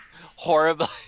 horrible